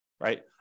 right